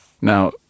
now